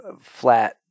flat